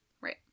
Right